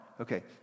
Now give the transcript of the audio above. Okay